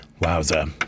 Wowza